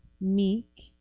meek